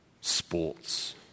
Sports